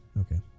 Okay